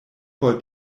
por